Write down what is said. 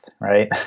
right